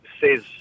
says